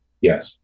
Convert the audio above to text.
Yes